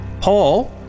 Paul